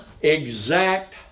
exact